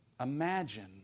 Imagine